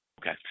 Okay